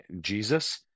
Jesus